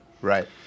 Right